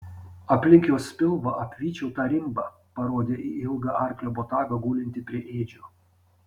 aplink jos pilvą apvyčiau tą rimbą parodė į ilgą arklio botagą gulintį prie ėdžių